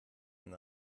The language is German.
ein